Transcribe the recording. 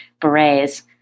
berets